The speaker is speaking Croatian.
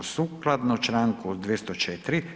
Sukladno članku 204.